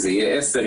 אם זה יהיה 10,